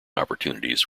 opportunities